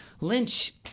Lynch